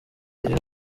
iri